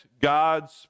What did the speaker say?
God's